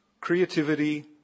Creativity